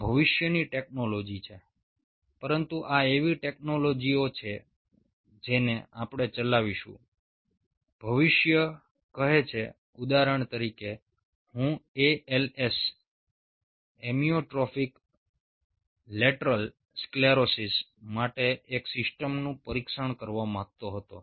આ ભવિષ્યની ટેકનોલોજી છે પરંતુ આ એવી ટેક્નોલોજીઓ છે જેને આપણે ચલાવીશું ભવિષ્ય કહે છે ઉદાહરણ તરીકે હું ALS એમીયોટ્રોફિક લેટરલ સ્ક્લેરોસિસ માટે એક સિસ્ટમનું પરીક્ષણ કરવા માંગતો હતો